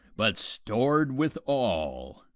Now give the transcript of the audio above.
but stored with all.